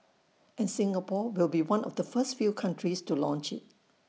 and Singapore will be one of the first few countries to launch IT